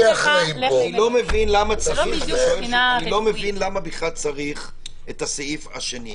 לא מבין למה בכלל צריך את הסעיף השני.